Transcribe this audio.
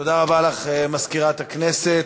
תודה רבה לך, מזכירת הכנסת.